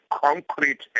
concrete